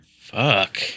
Fuck